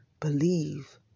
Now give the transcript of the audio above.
believe